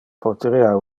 poterea